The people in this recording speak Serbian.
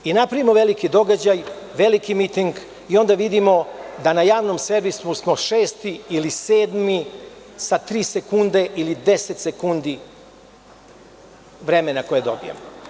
Napravimo veliki događaj, veliki miting i onda vidimo da na javnom servisu smo šesti ili sedmi sa tri sekunde ili deset sekundi vremena koje dobijamo.